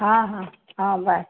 ହଁ ହଁ ହଁ